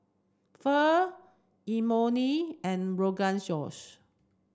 Pho Imoni and Rogan Josh